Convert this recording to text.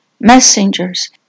messengers